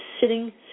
sitting